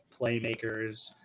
playmakers